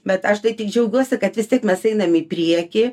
bet aš tai tik džiaugiuosi kad vis tik mes einam į priekį